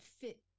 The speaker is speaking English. fit